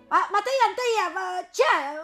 va matai antai a va čia